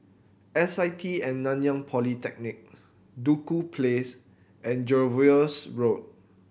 S I T At Nanyang Polytechnic Duku Place and Jervois Road